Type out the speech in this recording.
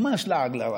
ממש לעג לרש.